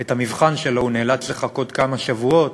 את המבחן שלו, הוא נאלץ לחכות כמה שבועות.